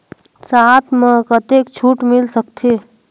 साथ म कतेक छूट मिल सकथे?